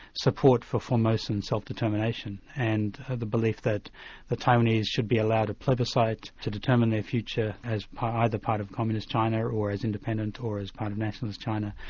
support for formosan self-determination, and the belief that the taiwanese should be allowed a plebiscite to determine their future as either part of communist china, or or as independent, or as part of nationalist china,